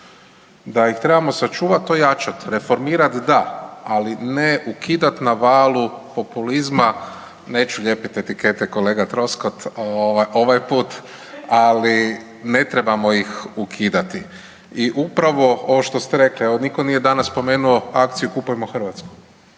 Da ih trebamo sačuvati, ojačat, reformirat da ali ne ukidat na valu populizma neću lijepit etikete kolega Troskot ovaj put, ali ne trebamo ih ukidati. I upravo ovo što ste rekli, evo nitko nije danas spomenu akciju Kupujmo hrvatsko.